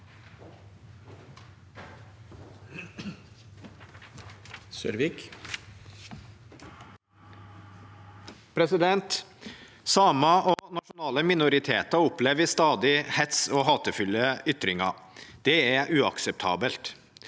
Samer og nasjonale mi- noriteter opplever stadig hets og hatefulle ytringer. Det er uakseptabelt.